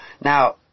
Now